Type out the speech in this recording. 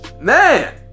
Man